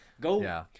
Go